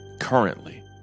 currently